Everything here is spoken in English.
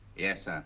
yes, sir.